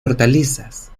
hortalizas